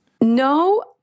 No